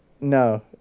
no